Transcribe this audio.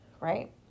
right